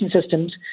systems